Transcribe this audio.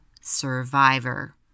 survivor